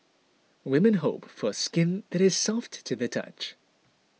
women hope for skin that is soft to the touch